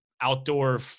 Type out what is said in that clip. outdoor